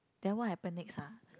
then what happen next uh